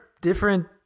different